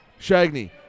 Shagney